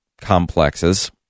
complexes